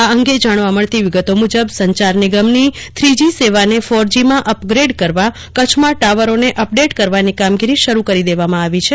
આ અંગે જાણવા મળતી વિગતો મુજબ સંચાર નિગમની થ્રી જી સેવાને ફોર જીમાં અપગ્રેડ કરવા કચ્છમાં ટાવરોને અપડેટ કરવાની કામગીરી શરૂ કરી દેવામાં આવી છે